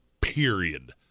period